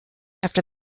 after